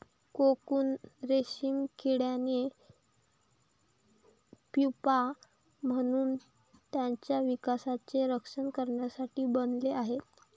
cocoon रेशीम किड्याने pupa म्हणून त्याच्या विकासाचे रक्षण करण्यासाठी बनवले आहे